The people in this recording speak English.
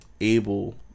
able